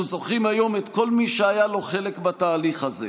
אנחנו זוכרים היום את כל מי שהיה לו חלק בתהליך הזה